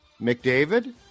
mcdavid